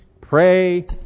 pray